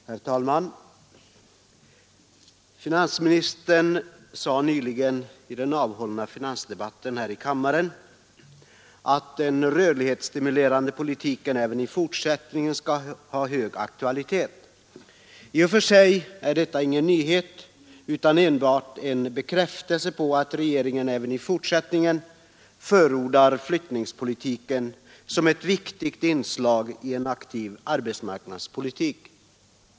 Herr talman! Finansministern sade i den nyligen hållna finansdebatten här i kammaren att den rörlighetsstimulerande politiken även i fortsättningen skall ha hög aktualitet. I och för sig är detta ingen nyhet utan enbart en bekräftelse på att regeringen även i fortsättningen förordar flyttningspolitiken som ett viktigt inslag i en aktiv arbetsmarknadspolitik.